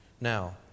Now